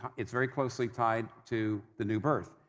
it's very closely tied to the new birth.